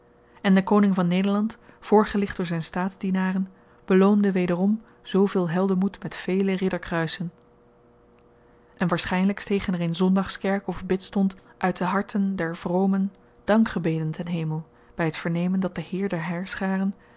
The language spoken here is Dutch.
en de koning van nederland voorgelicht door zyn staatsdienaren beloonde wederom zooveel heldenmoed met vele ridderkruisen en waarschynlyk stegen er in zondagskerk of bidstond uit de harten der vromen dankgebeden ten hemel by t vernemen dat de heer der